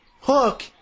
Hook